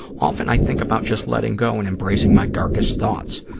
often i think about just letting go and embracing my darkest thoughts,